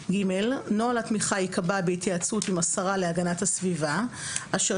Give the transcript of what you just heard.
(ג) נוהל התמיכה ייקבע בהתייעצות עם השרה להגנת הסביבה אשר